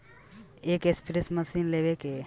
एक spray machine लेवे के बा कहवा मिली केतना छूट मिली?